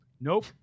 Nope